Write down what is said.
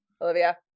olivia